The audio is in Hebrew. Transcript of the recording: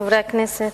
חברי הכנסת,